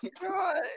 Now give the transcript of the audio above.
God